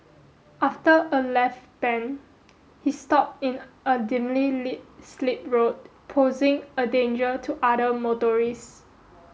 after a left bend he stopped in a dimly lit slip road posing a danger to other motorists